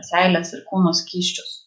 seiles ir kūno skysčius